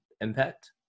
impact